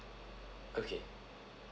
okay